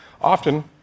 often